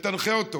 ותנחה אותו.